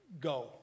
go